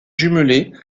jumelée